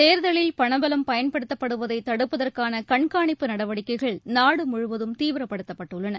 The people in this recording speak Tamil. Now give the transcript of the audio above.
தேர்தலில் பணபலம் பயன்படுத்தப்படுவதைதடுப்பதற்கானகண்காணிப்பு நடவடிக்கைகள் நாடுமுழுவதும் தீவிரப்படுத்தப்பட்டுள்ளன